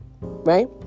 right